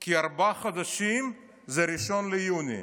כי ארבעה חודשים זה 1 ביוני.